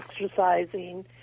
exercising